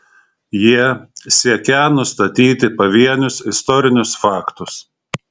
jie siekią nustatyti pavienius istorinius faktus